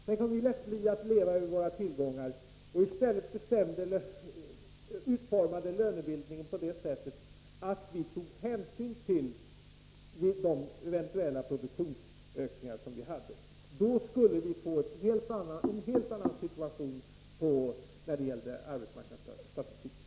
Tänk om vi lät bli att leva över våra tillgångar och i stället utformade lönebildningen bl.a. på det sättet att vi tog hänsyn till de eventuella produktionsökningar som förekommit. Då skulle arbetsmarknadsstatistiken visa helt andra siffror.